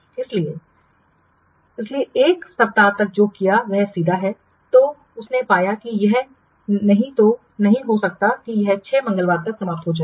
इसलिए इसीलिए 1 सप्ताह तक जो किया है वह सीधा है तो उसने पाया कि यह नहीं हो सकता कि यह 6 मंगलवार तक समाप्त हो जाएगा